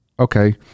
okay